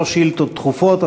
אלה לא שאילתות דחופות,